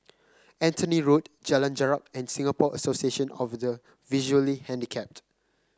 Anthony Road Jalan Jarak and Singapore Association of the Visually Handicapped